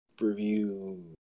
review